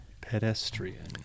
Pedestrian